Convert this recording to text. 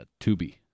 Tubi